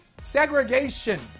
segregation